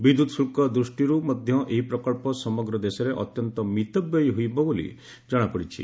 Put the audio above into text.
ବିଦ୍ୟୁତ୍ ଶୁଳ୍କ ଦୃଷ୍ଟିରୁ ମଧ୍ୟ ଏହି ପ୍ରକଳ୍ପ ସମଗ୍ର ଦେଶରେ ଅତ୍ୟନ୍ତ ମିତବ୍ୟୟି ହେବ ବୋଲି ଜଣାପଡ଼ିଛି